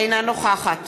אינה נוכחת